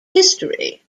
history